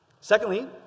Secondly